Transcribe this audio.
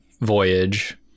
voyage